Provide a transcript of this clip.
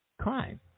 crime